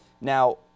Now